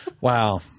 Wow